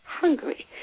hungry